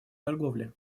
торговли